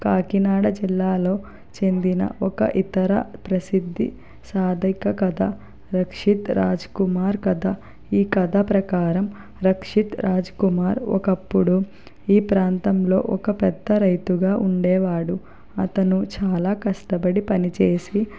కాకినాడ జిల్లాలో చెందిన ఒక ఇతర ప్రసిద్ధ సాదిక కథ రక్షిత్ రాజ్ కుమార్ కథ ఈ కథ ప్రకారం రక్షిత్ రాజ్ కుమార్ ఒకప్పుడు ఈ ప్రాంతంలో ఒక పెద్ద రైతుగా ఉండేవాడు అతను చాలా కష్టపడి పనిచేసి